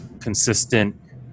consistent